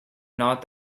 north